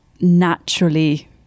naturally